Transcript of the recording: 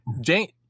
Jane